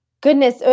Goodness